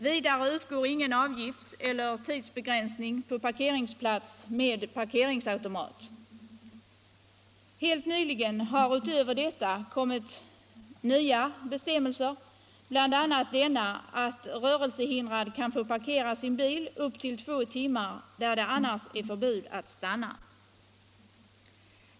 Vidare utgår ingen avgift, och ingen tidsbegränsning gäller på parkeringsplats med parkeringsautomat Utöver deua har helt nyligen ullkommit ytterligare bestämmelser, bl.a. den att rörelsehindrad kan få parkera sin bil upp till två timmar där det annars råder förbud att stanna.